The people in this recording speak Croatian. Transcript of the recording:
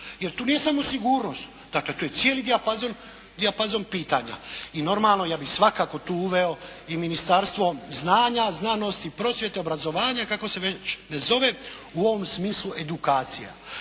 Jer tu nije samo sigurnost. Dakle, tu je cijeli dijafazon pitanja. I normalno ja bi svakako tu uveo i Ministarstvo znanja, znanost i prosvjete i obrazovanja, kako se već ne zove, u ovom smislu edukacija.